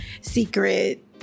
secret